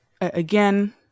again